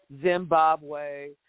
Zimbabwe